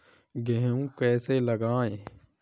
गेहूँ कैसे लगाएँ?